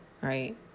right